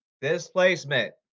displacement